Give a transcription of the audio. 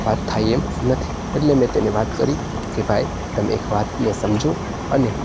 વાત થાય એમ નથી એટલે મેં તેને વાત કરી કે ભાઈ તમે એક વાતને સમજો અને